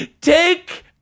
Take